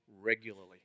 regularly